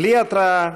בלי התראה,